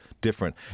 different